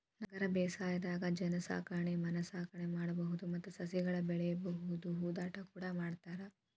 ನಗರ ಬೇಸಾಯದಾಗ ಜೇನಸಾಕಣೆ ಮೇನಸಾಕಣೆ ಮಾಡ್ಬಹುದು ಮತ್ತ ಸಸಿಗಳನ್ನ ಬೆಳಿಬಹುದು ಹೂದೋಟ ಕೂಡ ಮಾಡ್ತಾರ